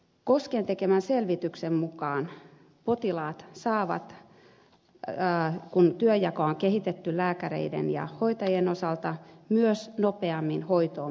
kosken tekemän selvityksen mukaan potilaat saavat kun työnjakoa on kehitetty lääkereiden ja hoitajien osalta myös nopeammin hoitoon pääsyn